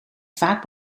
vaak